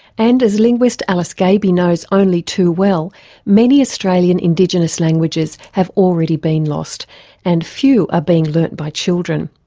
and as linguist alice gaby knows only too well many australian indigenous languages have already been lost and few are being learned by children.